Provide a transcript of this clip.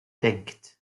denkt